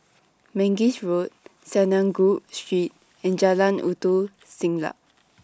Mangis Road Synagogue Street and Jalan Ulu Siglap